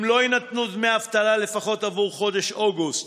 אם לא יינתנו דמי אבטלה לפחות עבור חודש אוגוסט